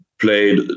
played